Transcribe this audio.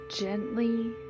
Gently